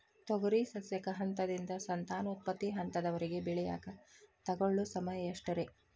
ತೊಗರಿ ಸಸ್ಯಕ ಹಂತದಿಂದ, ಸಂತಾನೋತ್ಪತ್ತಿ ಹಂತದವರೆಗ ಬೆಳೆಯಾಕ ತಗೊಳ್ಳೋ ಸಮಯ ಎಷ್ಟರೇ?